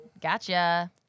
Gotcha